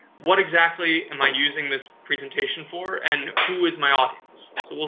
what exactly am i using this presentation for and who is my audience. so,